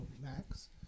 Max